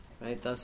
right